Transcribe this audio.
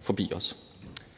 forbi os.